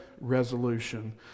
resolution